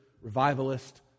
revivalist